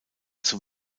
zum